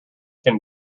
can